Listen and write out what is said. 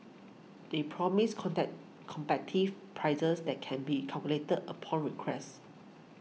they promise prices that can be calculated upon request